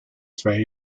zwei